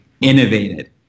innovated